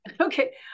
Okay